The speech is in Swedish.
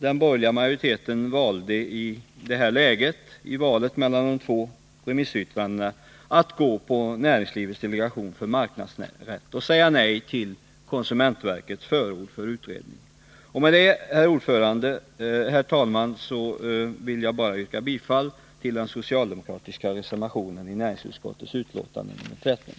Den borgerliga majoriteten valde i det här läget — man hade som sagt att välja mellan två remissyttranden — att följa Näringslivets delegation för marknadsrätt och säga nej till konsumentverkets förord för utredningen. Med detta, herr talman, vill jag yrka bifall till den socialdemokratiska reservationen vid näringsutskottets betänkande nr 13.